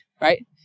right